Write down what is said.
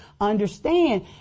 understand